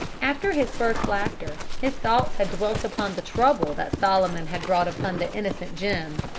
after his first laughter, his thoughts had dwelt upon the trouble that solomon had brought upon the innocent jim,